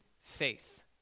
faith